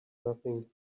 nothing